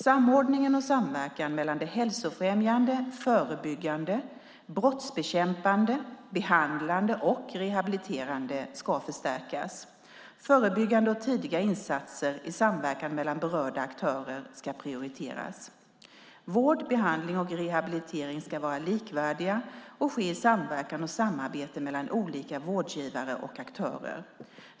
Samordningen och samverkan mellan det hälsofrämjande, förebyggande, brottsbekämpande, behandlande och rehabiliterande ska förstärkas. Förebyggande och tidiga insatser i samverkan mellan berörda aktörer ska prioriteras. Vård, behandling och rehabilitering ska vara likvärdiga och ske i samverkan och samarbete mellan olika vårdgivare och aktörer.